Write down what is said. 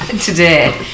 today